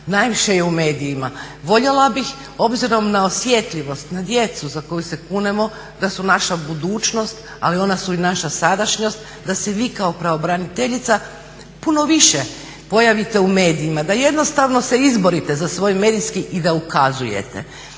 najviše je u medijima. voljela bih obzirom na osjetljivost na djecu za koju se kunemo da su naša budućnost, ali ona su i naša sadašnjost, da se vi kao pravobraniteljica puno više pojavite u medijima, da se jednostavno izborite za svoj medijski i da ukazujete.